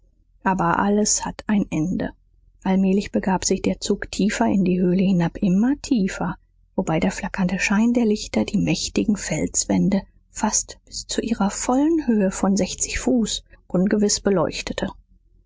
aber alles hat ein ende allmählich begab sich der zug tiefer in die höhle hinab immer tiefer wobei der flackernde schein der lichter die mächtigen felswände fast bis zu ihrer vollen höhe von sechzig fuß ungewiß beleuchtete